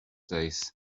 days